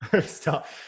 Stop